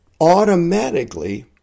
automatically